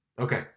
Okay